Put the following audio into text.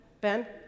Ben